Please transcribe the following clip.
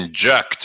inject